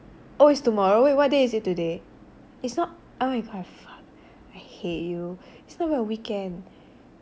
oh it's tomorrow what day is it today it's not oh my god fuck I hate you it's not even a weekend